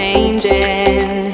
changing